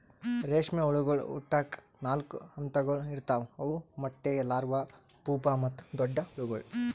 ರೇಷ್ಮೆ ಹುಳಗೊಳ್ ಹುಟ್ಟುಕ್ ನಾಲ್ಕು ಹಂತಗೊಳ್ ಇರ್ತಾವ್ ಅವು ಮೊಟ್ಟೆ, ಲಾರ್ವಾ, ಪೂಪಾ ಮತ್ತ ದೊಡ್ಡ ಹುಳಗೊಳ್